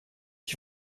ich